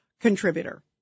contributor